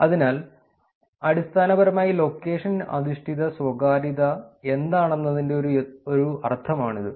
അതിനാൽ അടിസ്ഥാനപരമായി ലൊക്കേഷൻ അധിഷ്ഠിത സ്വകാര്യത എന്താണെന്നതിന്റെ ഒരു അർത്ഥമാണിത്